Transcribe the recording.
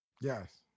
Yes